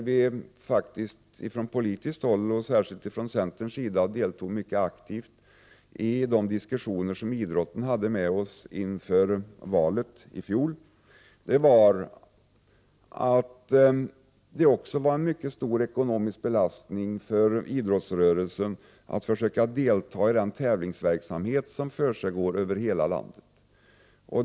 Vi från centerns sida deltog mycket aktivt i den politiska diskussion som fördes med idrottsrörelsen inför valet i fjol. En fråga som då kom upp till diskussion var den stora ekonomiska belastning det innebar för idrottsrörelsen att försöka delta i den tävlingsverksamhet som försiggår över hela landet.